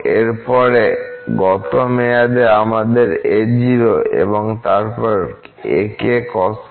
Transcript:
এর পরে গত মেয়াদে আমাদের a0 এবং তারপর আছে